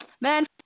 man